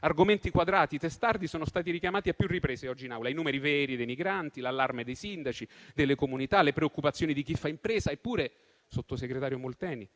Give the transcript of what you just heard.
Argomenti quadrati e testardi sono stati richiamati a più riprese oggi in Aula: i numeri veri dei migranti, l'allarme dei sindaci e delle comunità, le preoccupazioni di chi fa impresa. Eppure, sottosegretario Molteni,